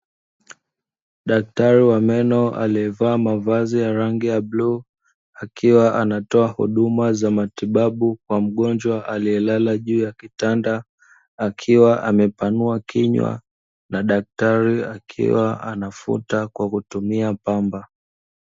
Daktari wa meno aliyevaa mavazi ya rangi ya bluu, akiwa anatoa huduma za matibabu kwa mgonjwa aliyelala juu ya kitanda, akiwa amepanua kinywa na daktari akiwa anafuta kwa kutumia pamba.